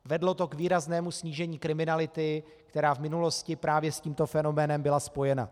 Vedlo to k výraznému snížení kriminality, která v minulosti právě s tímto fenoménem byla spojená.